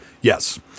Yes